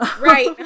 Right